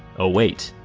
oh wait.